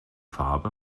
farbe